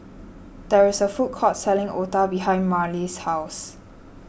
there is a food court selling Otah behind Marley's house